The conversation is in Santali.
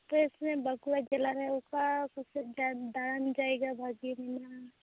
ᱟᱯᱮ ᱥᱮᱫ ᱵᱟᱹᱠᱩᱲᱟ ᱡᱮᱞᱟᱨᱮ ᱚᱠᱟ ᱠᱚᱥᱮᱫ ᱫᱟᱲᱟᱱ ᱡᱟᱭᱜᱟ ᱵᱷᱟᱹᱜᱮ ᱢᱮᱱᱟᱜᱼᱟ